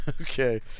okay